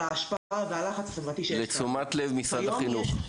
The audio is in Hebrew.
ההשפעה והלחץ החברתי --- לתשומת לב משרד החינוך.